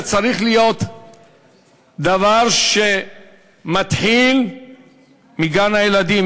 זה צריך להיות דבר שמתחיל מגן-הילדים,